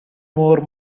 more